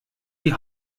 die